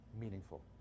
meaningful